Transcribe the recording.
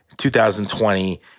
2020